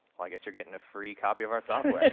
i guess you're getting a free copy of our software. that's